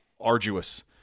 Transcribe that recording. arduous